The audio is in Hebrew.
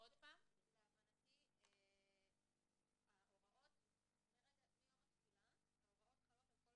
--- להבנתי ההוראות מיום התחילה חלות על כל